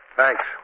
thanks